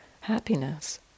happiness